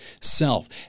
self